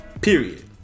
period